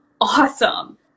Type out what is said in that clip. awesome